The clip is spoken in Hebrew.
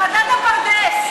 ועדת הפרדס.